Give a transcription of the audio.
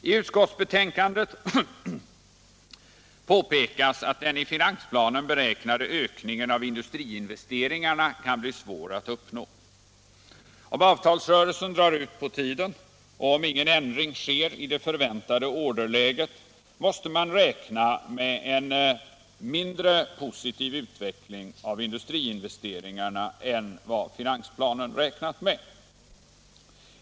I utskottsbetänkandet påpekas att den i finansplanen beräknade ökningen av industriinvesteringarna kan bli svår att uppnå. Om avtalsrörelsen drar ut på tiden och om ingen ändring sker i det förväntade orderläget, måste man räkna med en mindre positiv utveckling av industriinvesteringarna än vad finansplanen räknat med.